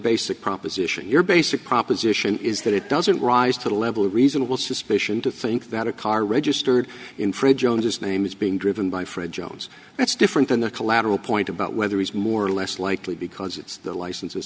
basic proposition your basic proposition is that it doesn't rise to the level of reasonable suspicion to think that a car registered in fruit jones's name is being driven by for a jones that's different than the collateral point about whether it's more or less likely because it's the license